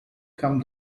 come